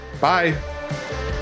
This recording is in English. Bye